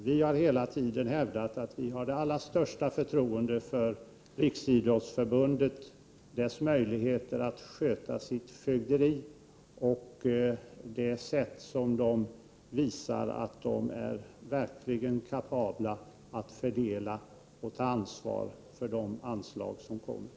Vi har hela tiden hävdat att vi har det allra största förtroende för Riksidrottsförbundet, för dess möjligheter att sköta sitt fögderi och det sätt på vilket förbundet visar att man verkligen är kapabel att fördela och ta ansvar för de anslag som ges.